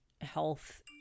health